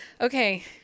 Okay